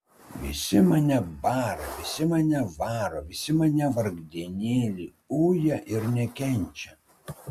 visi mane bara visi mane varo visi mane vargdienėlį uja ir nekenčia